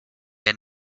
had